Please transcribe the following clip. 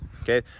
okay